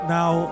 Now